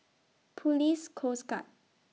Police Coast Guard